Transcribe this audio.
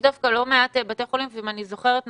יש דווקא לא מעט בתי חולים, ואם אני זוכרת נכון,